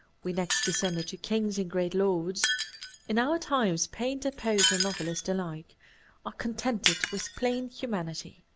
we next descended to kings and great lords in our times painter, poet, and novelist alike are contented with plain humanity,